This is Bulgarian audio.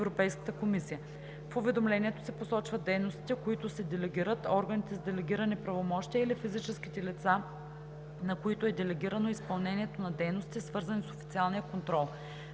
В уведомлението се посочват дейностите, които се делегират, органите с делегирани правомощия или физическите лица, на които е делегирано изпълнението на дейности, свързани с официалния контрол.“